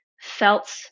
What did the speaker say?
felt